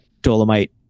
Dolomite